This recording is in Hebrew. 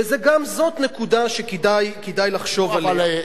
וגם זאת נקודה שכדאי לחשוב עליה.